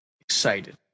excited